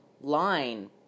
line